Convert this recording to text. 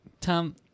Tom